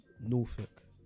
norfolk